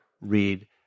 read